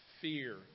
fear